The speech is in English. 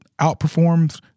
outperforms